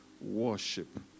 worship